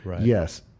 yes